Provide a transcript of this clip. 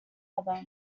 other